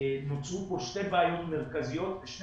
נוצרו כאן שתי בעיות מרכזיות בשני